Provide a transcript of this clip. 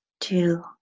two